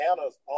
Anna's